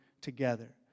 together